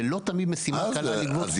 זו לא תמיד משימה קלה לגבות חובות.